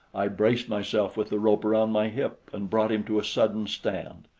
i braced myself with the rope around my hip and brought him to a sudden stand.